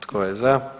Tko je za?